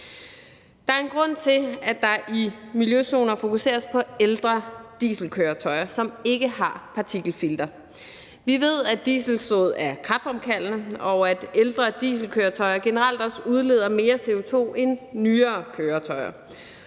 Der er en grund til, at der i miljøzoner fokuseres på ældre dieselkøretøjer, som ikke har partikelfilter. Vi ved, at dieselsod er kræftfremkaldende, og at ældre dieselkøretøjer generelt også udleder mere CO2 end nyere køretøjer.